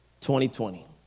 2020